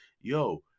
yo